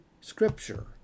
scripture